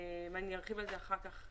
ואחר כך,